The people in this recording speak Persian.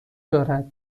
دارد